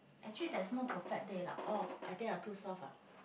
actually there's no perfect date lah oh I think I'm too soft ah